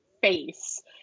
face